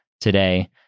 today